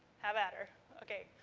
have at her. okay.